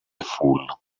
fool